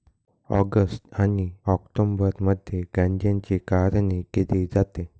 August आणि ऑक्टोबरमध्ये गांज्याची काढणी केली जाते